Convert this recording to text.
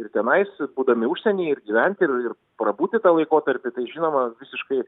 ir tenais būdami užsieny ir gyventi ir ir prabūti tą laikotarpį tai žinoma visiškai